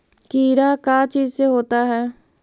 कीड़ा का चीज से होता है?